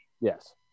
Yes